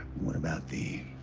what about the.